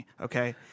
okay